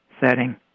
setting